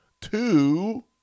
two